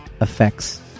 effects